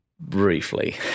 briefly